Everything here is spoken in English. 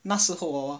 那时候 hor